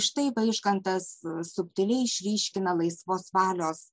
štai vaižgantas subtiliai išryškina laisvos valios